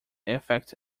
effect